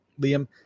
Liam